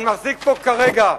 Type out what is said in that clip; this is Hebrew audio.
אני מחזיק פה כרגע,